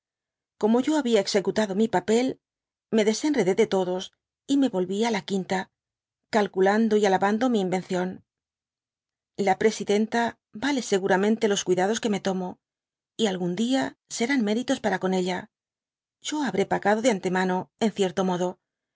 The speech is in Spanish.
gomo yo habia ezecutado mi papel me desenredé de todos y me volví á la quinta calculando y alabando mi invención la presidenta vale seguramente los cuidados que me tomo y algún dia serán méritos para con ella yo hal ré pagado de antemano en cierto modo